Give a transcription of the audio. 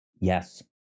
yes